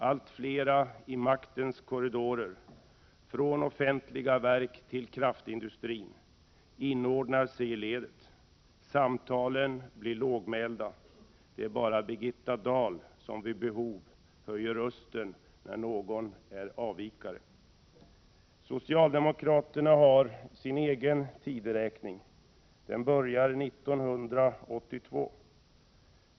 Allt flera i maktens korridorer — från offentliga verk till kraftindustrin — inordnar sig i ledet. Samtalen blir lågmälda. Det är bara Birgitta Dahl som vid behov höjer rösten när någon avviker från mängden. Socialdemokraterna har en egen tideräkning. Den börjar 1982.